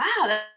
wow